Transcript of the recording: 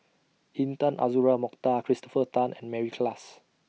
Intan Azura Mokhtar Christopher Tan and Mary Klass